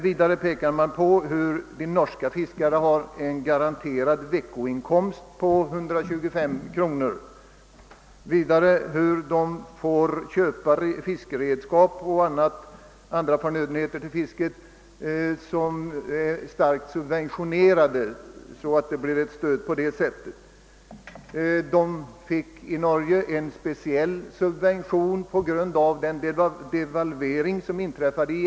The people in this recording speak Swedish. Vidare har de en garanterad veckoinkomst på 125 norska kronor, deras köp av fiskefartyg och redskap är starkt subventionerade och de fick en speciell subvention på grund av den engelska devalveringen.